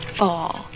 fall